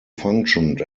functioned